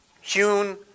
hewn